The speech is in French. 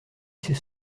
c’est